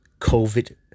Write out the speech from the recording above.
COVID